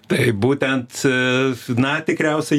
tai būtent na tikriausiai